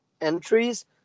entries